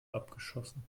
abgeschossen